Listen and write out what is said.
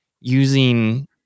using